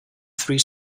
three